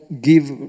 give